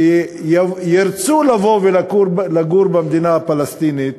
שירצו לבוא ולגור במדינה הפלסטינית,